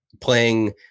playing